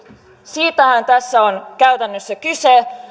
siitähän tässä on käytännössä kyse